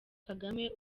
kagame